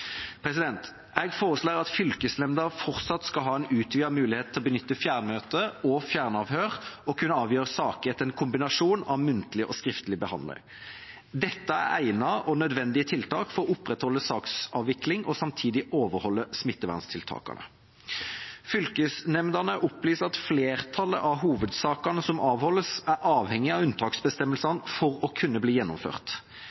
Jeg foreslår at fylkesnemnda fortsatt skal ha en utvidet mulighet til å benytte fjernmøte og fjernavhør og kunne avgjøre saker etter en kombinasjon av muntlig og skriftlig behandling. Dette er egnede og nødvendige tiltak for å opprettholde saksavvikling og samtidig overholde smitteverntiltakene. Fylkesnemndene opplyser at flertallet av hovedsakene som avholdes, er avhengig av